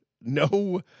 no